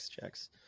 checks